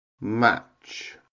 match